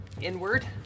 Inward